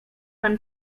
pan